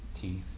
teeth